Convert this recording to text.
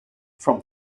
from